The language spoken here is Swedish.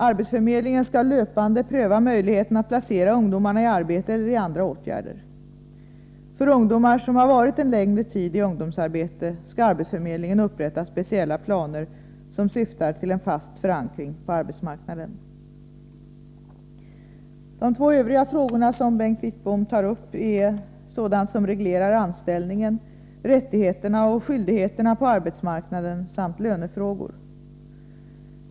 ; Arbetsförmedlingen skall löpande pröva möjligheten att placera ungdomarna i arbete eller i andra åtgärder. För ungdomar som har varit en längre tid i ungdomsarbete skall arbetsförmedlingen upprätta speciella planer som syftar till en fast förankring på arbetsmarknaden. De två övriga frågorna som Bengt Wittbom tar upp gäller sådant som reglerar anställningen, rättigheterna och skyldigheterna på arbetsmarknaden samt lönefrågor.